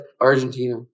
Argentina